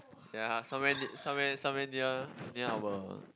ya some where near some where some where near near our